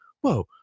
whoa